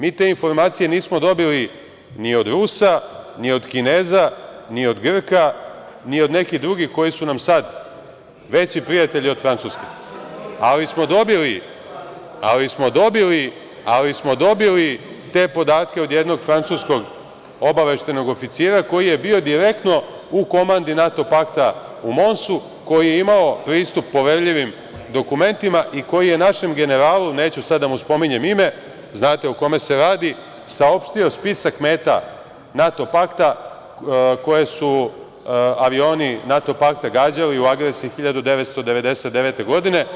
Mi te informacije nismo dobili ni od Rusa, ni od Kineza, ni od Grka, ni od nekih drugih koji su nam sad veći prijatelji od Francuske, ali smo dobili te podatke od jednog francuskog obaveštajnog oficira koji je bio direktno u komandi NATO pakta u Monsu, koji je imao pristup poverljivim dokumentima i koji je našem generalu, neću sada da mu spominjem ime, znate o kome se radi, saopštio spisak meta NATO pakta, koje su avioni NATO pakta gađali u agresiji 1999. godine.